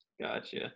Gotcha